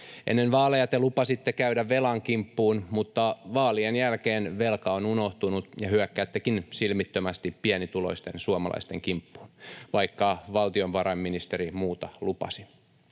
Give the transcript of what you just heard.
Ennen vaaleja te lupasitte käydä velan kimppuun, mutta vaalien jälkeen velka on unohtunut ja hyökkäättekin silmittömästi pienituloisten suomalaisten kimppuun, vaikka valtionvarainministeri muuta lupasi.